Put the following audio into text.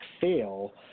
fail